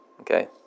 okay